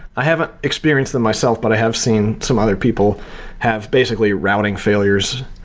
i haven't experienced them myself, but i have seen some other people have basically routing failures.